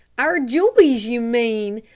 our joys, you mean!